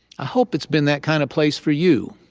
i hope it's been that kind of place for you.